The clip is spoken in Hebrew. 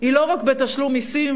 היא לא רק בתשלום מסים,